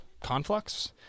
Conflux